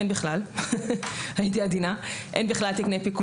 אין בכלל תקני פיקוח.